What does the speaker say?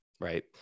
right